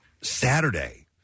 Saturday